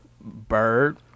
Bird